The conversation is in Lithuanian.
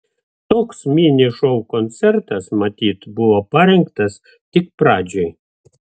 toks mini šou koncertas matyt buvo parinktas tik pradžiai